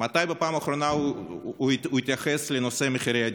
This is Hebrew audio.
מתי בפעם האחרונה הוא התייחס לנושא מחירי הדיור?